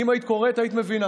אם היית קוראת היית מבינה.